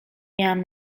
miałam